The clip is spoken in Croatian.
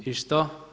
I što?